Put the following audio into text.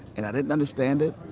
and i didn't understand it,